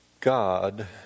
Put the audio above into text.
God